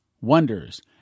wonders